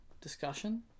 discussion